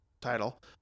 title